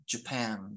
Japan